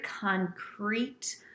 concrete